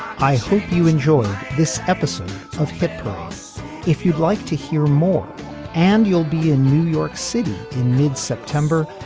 i hope you enjoyed this episode of hit if you'd like to hear more and you'll be in new york city in mid-september.